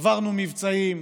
עברנו מבצעים,